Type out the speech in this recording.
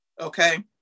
Okay